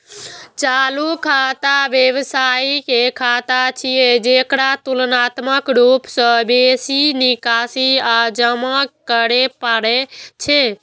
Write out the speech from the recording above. चालू खाता व्यवसायी के खाता छियै, जेकरा तुलनात्मक रूप सं बेसी निकासी आ जमा करै पड़ै छै